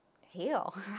heal